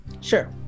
Sure